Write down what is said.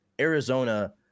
Arizona